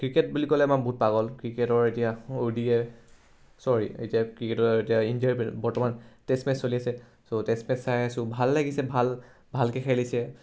cricket বুলি ক'লে আমাৰ বহুত পাগল ক্ৰিকেটৰ এতিয়া অ' ডি আই চৰি এতিয়া ক্ৰিকেটৰ এতিয়া ইণ্ডিয়াৰ বৰ্তমান টেষ্ট মেচ চলি আছে চ' টেষ্ট মেচ চাই আছোঁ ভাল লাগিছে ভাল ভালকৈ খেলিছে